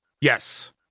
yes